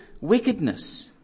wickedness